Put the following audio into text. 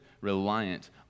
reliant